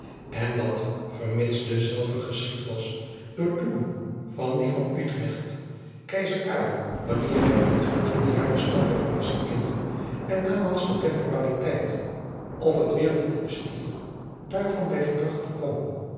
en dat vermits dezelve geschied was door jacob van lennep de pleegzoon toedoen van die van utrecht keizer karel wanneer hij in het volgende jaar de stad bij verrassing innam en namaals de temporaliteit of het waereldlijk bestier daarvan bij verdrag bekwam